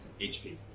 HP